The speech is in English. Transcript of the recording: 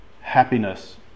happiness